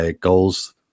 goals